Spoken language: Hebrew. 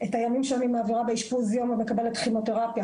את הימים שלי שאני מעבירה באשפוז יום ומקבלת כימותרפיה,